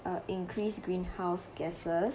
uh increased greenhouse gases